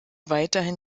weiterhin